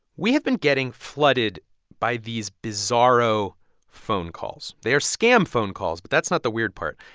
we have been getting flooded by these bizarro phone calls. they are scam phone calls, but that's not the weird part.